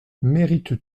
mérites